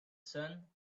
sun